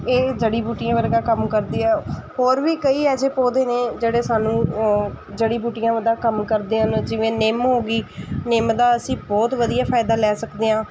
ਇਹ ਜੜੀ ਬੂਟੀਆਂ ਵਰਗਾ ਕੰਮ ਕਰਦੀ ਆ ਹੋਰ ਵੀ ਕਈ ਇਹੋ ਜਿਹੇ ਪੌਦੇ ਨੇ ਜਿਹੜੇ ਸਾਨੂੰ ਜੜੀ ਬੂਟੀਆਂ ਦਾ ਕੰਮ ਕਰਦੇ ਹਨ ਜਿਵੇਂ ਨਿੰਮ ਹੋ ਗਈ ਨਿੰਮ ਦਾ ਅਸੀਂ ਬਹੁਤ ਵਧੀਆ ਫ਼ਾਇਦਾ ਲੈ ਸਕਦੇ ਹਾਂ